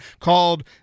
called